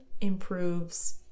improves